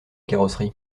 carrosserie